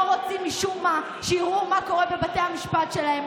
רוצים משום מה שיראו מה קורה בבתי המשפט שלהם,